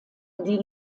die